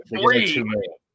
three